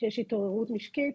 שיש התעוררות משקית.